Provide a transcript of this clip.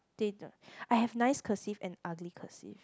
I have nice cursive and ugly cursive